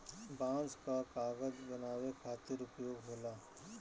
बांस कअ कागज बनावे खातिर उपयोग होला